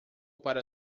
para